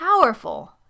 powerful